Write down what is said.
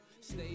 Stay